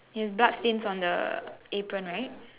it has blood stains on the apron right